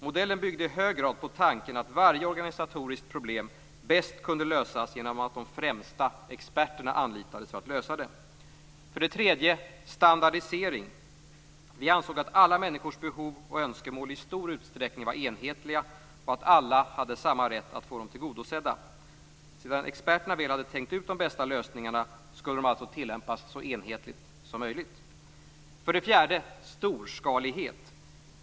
Modellen byggde i hög grad på tanken att varje organisatoriskt problem bäst kunde lösas genom att de främsta experterna anlitades för att lösa det. 3. Standardisering. Vi ansåg att alla människors behov och önskemål i stor utsträckning var enhetliga och att alla hade samma rätt att få dem tillgodosedda. Sedan experterna väl hade tänkt ut de bästa lösningarna, skulle de alltså tillämpas så enhetligt som möjligt. 4. Storskalighet.